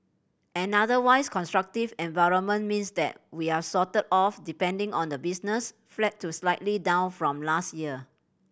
an otherwise constructive environment means that we're sort of depending on the business flat to slightly down from last year